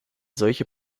solche